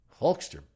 Hulkster